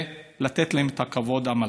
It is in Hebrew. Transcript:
ולתת להם את הכבוד המלא.